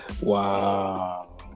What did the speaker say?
Wow